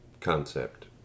concept